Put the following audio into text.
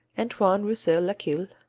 antoine roussel-laqueuille,